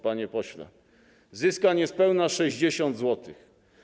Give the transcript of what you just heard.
Panie pośle, zyska niespełna 60 zł.